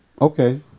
Okay